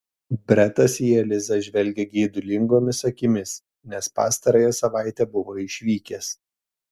bretas į elizą žvelgė geidulingomis akimis nes pastarąją savaitę buvo išvykęs